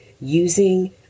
using